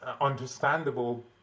understandable